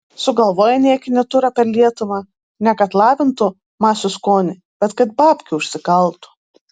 sugalvoja niekinį turą per lietuvą ne kad lavintų masių skonį bet kad babkių užsikaltų